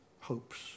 hopes